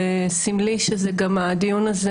זה סמלי שהדיון הזה,